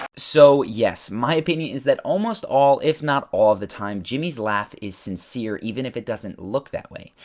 so yes, my opinion is that almost all, if not all the time, jimmy's laugh is sincere even if it doesn't look that way.